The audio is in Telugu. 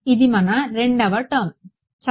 ఇది మన రెండవ టర్మ్ సరే